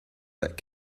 that